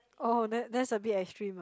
oh that that's a bit extreme ah